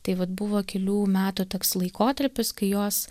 tai vat buvo kelių metų toks laikotarpis kai jos